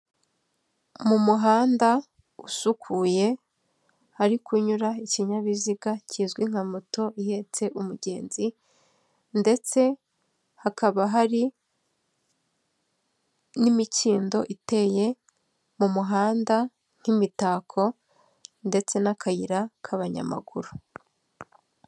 Mu muhanda usukuye, hari kunyura ikinyabiziga kizwi nka moto ihetse umugenzi. Ndetse hakaba hari n'imikindo iteye mu muhanda nk'imitako, ndetse n'akayira k'abanyamaguru.